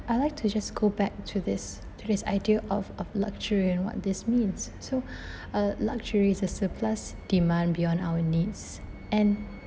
I'd like to just go back to this to this idea of of luxury and what this means so a luxury is a surplus demand beyond our needs and